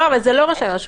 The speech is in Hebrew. לא, זה לא מה שרשום.